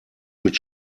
mit